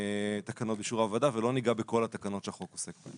תקנות באישור הוועדה ולא ניגע בכל התקנות שהחוק עוסק.